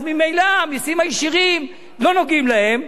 אז ממילא המסים הישירים לא נוגעים להם,